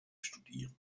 studieren